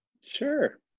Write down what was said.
Sure